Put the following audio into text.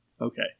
Okay